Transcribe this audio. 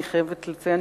אני חייבת לציין,